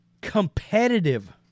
competitive